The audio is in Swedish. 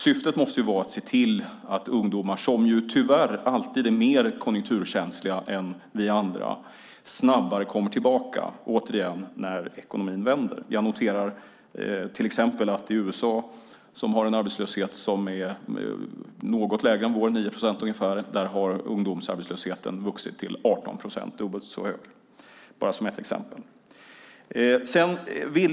Syftet måste vara att se till att ungdomar, som tyvärr alltid är mer konjunkturkänsliga än vi andra, snabbare kommer tillbaka när ekonomin vänder. I USA, till exempel, som har en arbetslöshet som är något lägre än vår, ca 9 procent, har ungdomsarbetslösheten vuxit till 18 procent.